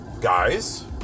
guys